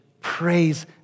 praise